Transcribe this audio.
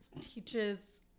teaches